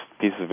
pieces